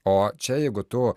o čia jeigu tu